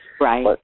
Right